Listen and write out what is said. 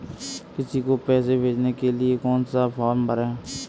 किसी को पैसे भेजने के लिए कौन सा फॉर्म भरें?